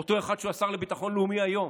אותו אחד שהוא השר לביטחון לאומי היום,